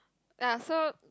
ya so